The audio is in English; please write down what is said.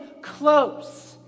close